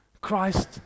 Christ